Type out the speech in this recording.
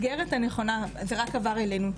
זה רק עבר אלינו,